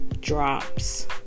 drops